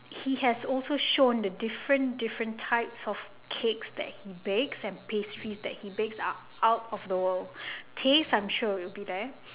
he has also shown the different different types of cakes that he bakes pastries that he bakes are out of the world taste I'm sure it will be there